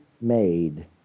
made